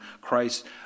Christ